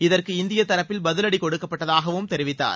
இதற்கு இந்திய தரப்பில் பதிலடி கொடுக்கப்பட்டதாகவும் தெரிவித்தார்